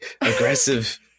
aggressive